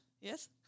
yes